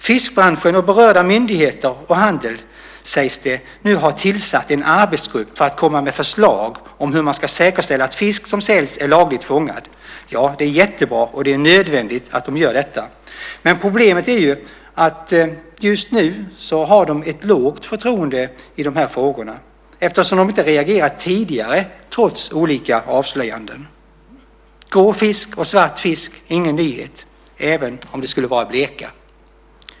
Fiskbranschen, berörda myndigheter och handel sägs nu ha tillsatt en arbetsgrupp för att komma med förslag om hur man ska säkerställa att fisk som säljs är lagligt fångad. Det är jättebra, och det är nödvändigt att de gör detta. Men problemet är att de just nu har ett lågt förtroende i dessa frågor eftersom de inte har reagerat tidigare trots olika avslöjanden. Grå fisk och svart fisk, ingen nyhet, även om det skulle vara bleka.